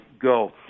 go